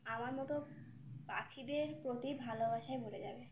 আমার মতো পাখিদের প্রতি ভালোবাসায় মরে যাবে